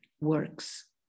works